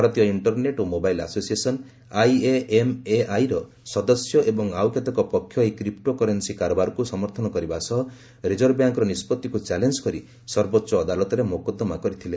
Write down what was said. ଭାରତୀୟ ଇଷ୍କରନେଟ୍ ଓ mobile association ଆଇଏଏମ୍ଏଆଇର ସଦସ୍ୟ ଏବଂ ଆଉ କେତେକ ପକ୍ଷ ଏହି କ୍ରିପ୍ଟୋ କରେନ୍ନି କାରବାରକୁ ସମର୍ଥନ କରିବା ସହ ରିଜର୍ଭ ବ୍ୟାଙ୍କର ନିଷ୍ପଭିକୁ ଚାଲେଞ୍ଜ କରି ସର୍ବୋଚ୍ଚ ଅଦାଲତରେ ମୋକଦ୍ଦମା କରିଥିଲେ